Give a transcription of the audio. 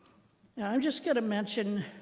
and i'm just going to mention,